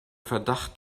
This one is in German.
verdacht